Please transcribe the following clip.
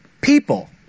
people